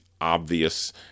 obvious